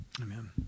Amen